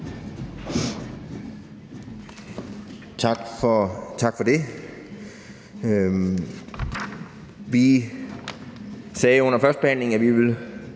Tak for det. Vi sagde under førstebehandlingen, at vi ville